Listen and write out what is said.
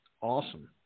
Awesome